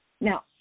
Now